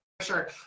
Sure